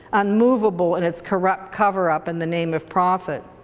unmovable in its corrupt cover up in the name of profit.